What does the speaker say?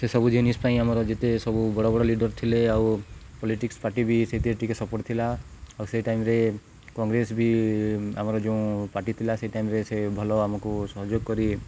ସେସବୁ ଜିନିଷ୍ ପାଇଁ ଆମର ଯେତେ ସବୁ ବଡ଼ ବଡ଼ ଲିଡ଼ର୍ ଥିଲେ ଆଉ ପଲିଟିକ୍ସ ପାର୍ଟିବି ସେଥିରେ ଟିକେ ସପୋର୍ଟ୍ ଥିଲା ଆଉ ସେଇ ଟାଇମ୍ରେ କଂଗ୍ରେସ୍ବି ଆମର ଯେଉଁ ପାର୍ଟି ଥିଲା ସେଇ ଟାଇମ୍ରେ ସେ ଭଲ ଆମକୁ ସହଯୋଗ କରି